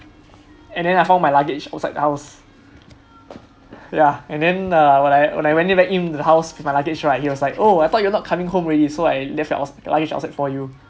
and then I found my luggage outside the house ya and then uh when I when I went back in the house with my luggage right he was like oh I thought you're not coming home already so I left your luggage outside for you